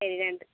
சரி ரெண்ட்டு